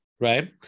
right